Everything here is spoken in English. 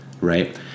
Right